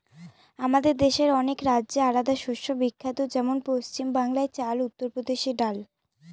আমাদের দেশের অনেক রাজ্যে আলাদা শস্য বিখ্যাত যেমন পশ্চিম বাংলায় চাল, উত্তর প্রদেশে ডাল